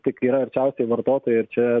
tik yra arčiausiai vartotojo ir čia